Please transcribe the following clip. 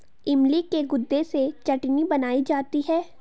इमली के गुदे से चटनी बनाई जाती है